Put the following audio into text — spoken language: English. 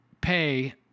pay